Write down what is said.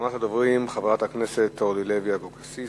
אחרונת הדוברים, חברת הכנסת אורלי לוי אבקסיס.